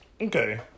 Okay